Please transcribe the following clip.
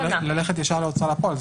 אפשר ללכת ישר להוצאה לפועל.